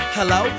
Hello